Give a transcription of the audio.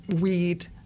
weed